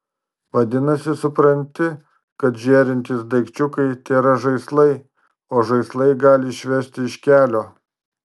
vadinasi supranti kad žėrintys daikčiukai tėra žaislai o žaislai gali išvesti iš kelio